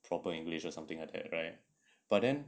proper english or something like that right but then